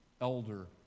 elder